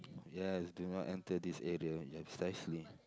yes do not enter this area precisely